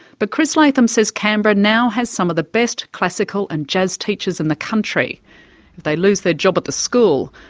but chris latham says canberra now has some of the best classical and jazz teachers in the country. if they lose their job at the school,